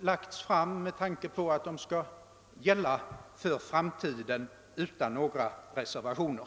lagts fram med tanke på att gälla utan reservationer för framtiden.